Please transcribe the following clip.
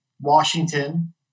Washington